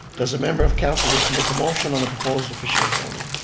does a member of council wish to make a motion on the proposed official zoning?